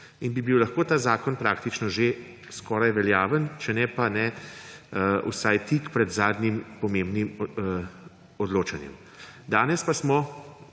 in bi bil lahko ta zakon praktično že skoraj veljaven, če ne, pa vsaj tik pred zadnjim pomembnim odločanjem. Danes pa smo